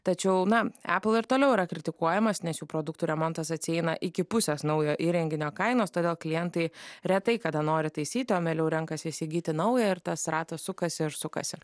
tačiau na apple ir toliau yra kritikuojamas nes šių produktų remontas atsieina iki pusės naujo įrenginio kainos todėl klientai retai kada nori taisyti o mieliau renkasi įsigyti naują ir tas ratas sukasi ir sukasi